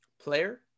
Player